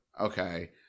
Okay